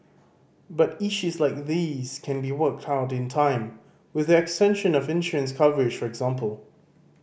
but issues like these can be worked out in time with the extension of insurance coverage for example